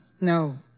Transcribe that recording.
No